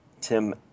Tim